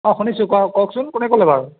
অঁ শুনিছোঁ কওক কওখচোন কোনে ক'লে বাৰু